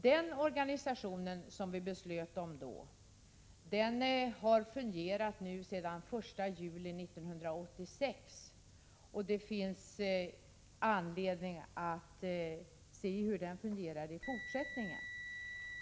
Den organisation vi beslutade om då har fungerat sedan den 1 juli 1986, och det finns anledning att följa upp hur den fungerar i fortsättningen.